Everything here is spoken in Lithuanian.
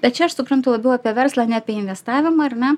bet čia aš suprantu labiau apie verslą ne apie investavimą ar ne